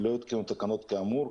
לא הותקנו תקנות כאמור,